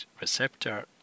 receptor